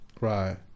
Right